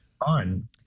on